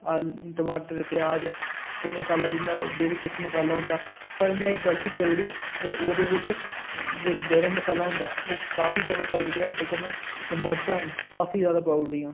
आलू टमाटर प्याज ते मसाला जिन्ना जो बी होंदा पर में इक्क गलती करू ओड़ी ओह्दे बिच जेह्का गर्म मसाला होंदा ओह् काफी जादा पाई ओड़ेआ कन्नै मर्चां न ओह् काफी जादा पाई ओड़ी आं